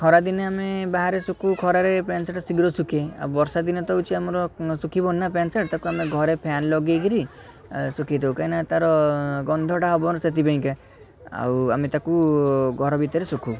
ଖରା ଦିନେ ଆମେ ବାହାରେ ଶୁଖଉ ଖରାରେ ପ୍ୟାଣ୍ଟ ସାର୍ଟ୍ ଶୀଘ୍ର ଶୁଖେ ଆଉ ବର୍ଷା ଦିନେ ତ ହେଉଛି ଆମର ଶୁଖିବନି ନା ଆମର ପ୍ୟାଣ୍ଟ ଶାର୍ଟ୍ ତାକୁ ଆମେ ଘରେ ଫ୍ୟାନ୍ ଲଗାଇକିରି ଶୁଖାଇଦଉ କାହିଁକି ନା ତାର ଗନ୍ଧଟା ହବ ସେଇଥିପାଇଁ କା ଆଉ ଆମେ ତାକୁ ଘର ଭିତରେ ଶୁଖଉ